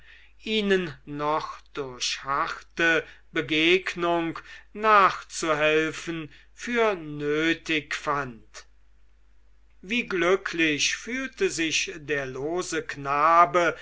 ihnen noch durch harte begegnung nachzuhelfen für nötig fand wie glücklich fühlte sich der lose knabe